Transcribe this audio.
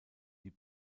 die